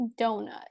donut